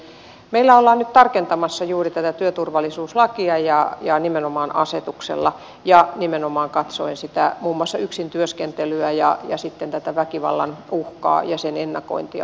meillä ollaan nyt tarkentamassa juuri tätä työturvallisuuslakia ja nimenomaan asetuksella ja nimenomaan katsoen myöskin paremmin muun muassa yksin työskentelyä ja tätä väkivallan uhkaa ja sen ennakointia